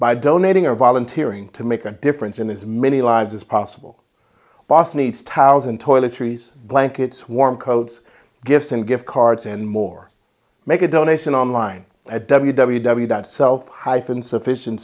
by donating or volunteering to make a difference in as many lives as possible boss needs towels and toiletries blankets warm coats gifts and gift cards and more make a donation online at w w w that self hyphen sufficien